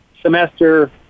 semester